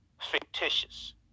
fictitious